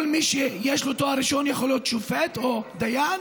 כל מי שיש לו תואר ראשון יכול להיות שופט או דיין,